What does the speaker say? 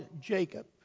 Jacob